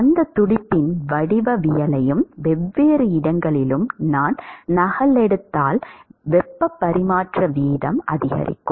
அந்தத் துடுப்பின் வடிவவியலையும் வெவ்வேறு இடங்களிலும் நான் நகலெடுத்தால் வெப்பப் பரிமாற்ற வீதம் அதிகரிக்கும்